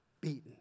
beaten